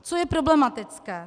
Co je problematické?